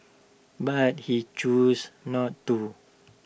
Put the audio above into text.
but he chose not to